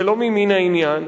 זה לא ממין העניין.